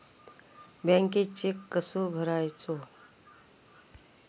बँकेत चेक कसो भरायचो?